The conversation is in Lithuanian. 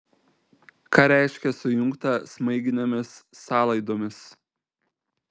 ką reiškia sujungta smaiginėmis sąlaidomis